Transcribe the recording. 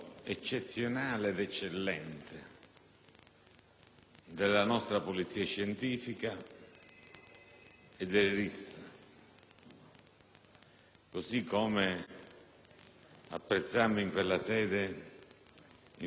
della nostra Polizia scientifica e del RIS, così come apprezzammo in quella sede il lavoro della Polizia penitenziaria.